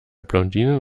blondinen